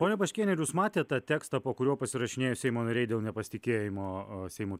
pone baškiene ar jūs matėt tą tekstą po kuriuo pasirašinėjo seimo nariai dėl nepasitikėjimo a seimo